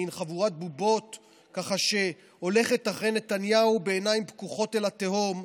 מין חבורת בובות שהולכת אחרי נתניהו בעיניים פקוחות אל התהום,